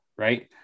Right